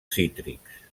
cítrics